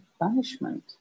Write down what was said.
punishment